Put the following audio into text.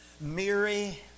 Mary